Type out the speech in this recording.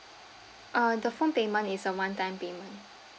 uh the phone payment is a one time payment